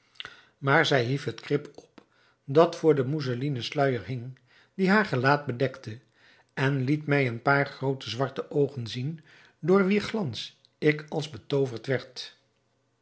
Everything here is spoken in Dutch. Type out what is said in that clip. maar zij hief het krip op dat voor den mousselinen sluijer hing die haar gelaat bedekte en liet mij een paar groote zwarte oogen zien door wier glans ik als betooverd